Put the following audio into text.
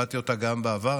הבעתי אותה גם בעבר,